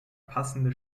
passende